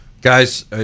guys